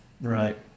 Right